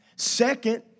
Second